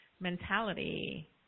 mentality